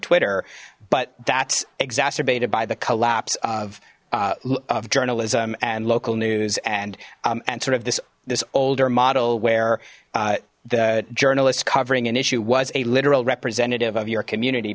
twitter but that's exacerbated by the collapse of of journalism and local news and and sort of this this older model where the journalists covering an issue was a literal representative of your community